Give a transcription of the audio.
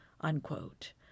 Unquote